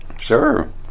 Sure